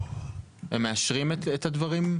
הם מאשרים את הדברים?